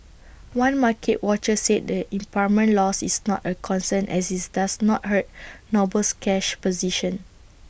one market watcher said the impairment loss is not A concern as IT does not hurt Noble's cash position